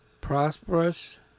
prosperous